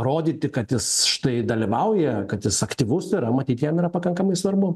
rodyti kad jis štai dalyvauja kad jis aktyvus yra matyt jam yra pakankamai svarbu